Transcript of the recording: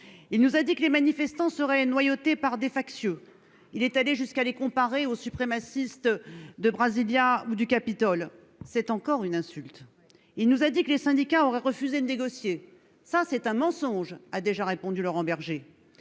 Il nous a dit que les manifestants seraient noyautés par des factieux. Il est allé jusqu'à les comparer aux suprémacistes de Brasilia ou du Capitole. C'est encore une insulte. Il nous a dit que les syndicats auraient refusé de négocier. C'est un mensonge, a déjà répondu Laurent Berger.